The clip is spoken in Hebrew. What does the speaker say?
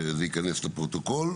וזה ייכנס לפרוטוקול,